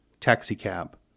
Taxicab